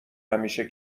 همیشه